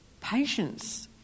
Patience